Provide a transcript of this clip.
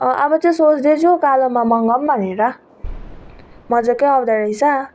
अब त्यो सोच्दै छु कालोमा मगाउ भनेर मजाकै आउँदो रहेछ